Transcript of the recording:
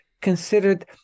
considered